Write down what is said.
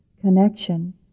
connection